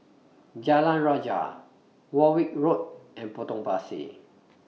Jalan Rajah Warwick Road and Potong Pasir